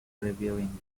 reviewing